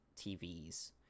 tvs